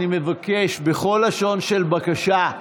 אני מבקש בכל לשון של בקשה.